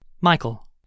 Michael